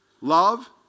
Love